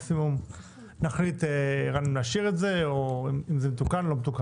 מקסימום נחליט אם נשאיר את זה או אם זה מתוקן או לא.